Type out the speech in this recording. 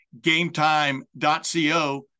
GameTime.co